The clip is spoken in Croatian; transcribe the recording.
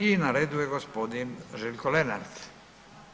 I na redu je gospodin Željko Lenart.